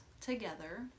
together